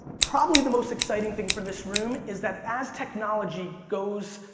probably the most exciting thing for this room is that as technology goes,